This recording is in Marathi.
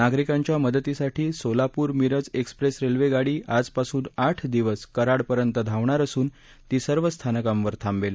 नागरिकांच्या मदतीसाठी सोलापूर मिरज एक्सप्रेस रेल्वेगाडी आज पासून आठ दिवस कराडपर्यंत धावणार असून ती सर्व स्थानकांवर थांबेल